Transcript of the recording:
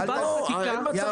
לא, אין מצב קיים.